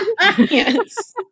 Yes